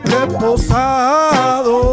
Reposado